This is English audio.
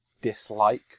dislike